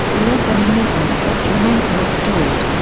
the albany movement lost momentum and stalled.